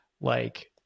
like-